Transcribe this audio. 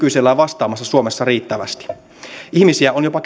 nykyisellään vastaamaan suomessa riittävästi ihmisiä on jopa